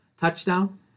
Touchdown